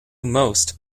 most